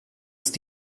ist